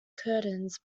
curtains